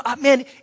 Man